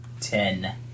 Ten